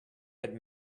had